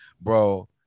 bro